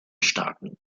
staaten